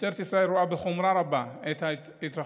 משטרת ישראל רואה בחומרה רבה את התרחשותם